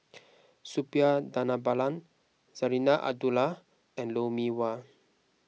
Suppiah Dhanabalan Zarinah Abdullah and Lou Mee Wah